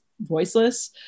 voiceless